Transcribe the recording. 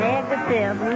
Negative